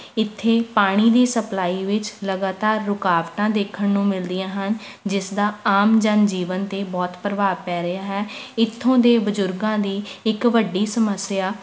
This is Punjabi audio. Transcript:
ਇੱਥੇ ਪਾਣੀ ਦੀ ਸਪਲਾਈ ਵਿੱਚ ਲਗਾਤਾਰ ਰੁਕਾਵਟਾਂ ਦੇਖਣ ਨੂੰ ਮਿਲਦੀਆਂ ਹਨ ਜਿਸ ਦਾ ਆਮ ਜਨ ਜੀਵਨ 'ਤੇ ਬਹੁਤ ਪ੍ਰਭਾਵ ਪੈ ਰਿਹਾ ਹੈ ਇੱਥੋਂ ਦੇ ਬਜ਼ੁਰਗਾਂ ਦੀ ਇੱਕ ਵੱਡੀ ਸਮੱਸਿਆ